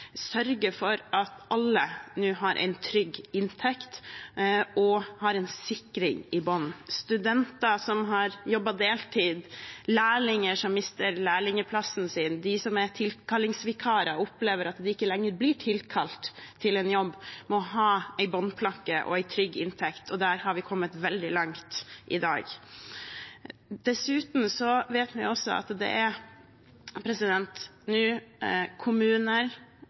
for at alle nå har en trygg inntekt og har en sikring i bunnen. Studenter som har jobbet deltid, lærlinger som mister lærlingplassen sin, de som er tilkallingsvikarer og opplever at de ikke lenger blir tilkalt til en jobb, må ha en bunnplanke og en trygg inntekt, og der har vi kommet veldig langt i dag. Dessuten vet vi også at det nå er